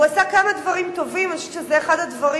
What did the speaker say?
למה לא ועדה למינוי שופטים?